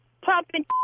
pumping